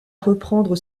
reprendre